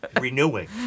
renewing